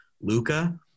Luca